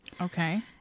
Okay